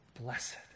Blessed